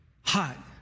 hot